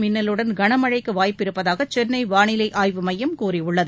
மின்னலுடன் கனமழைக்கு வாய்ப்பிருப்பதாக சென்னை வானிலை ஆய்வு மையம் கூறியுள்ளது